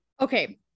okay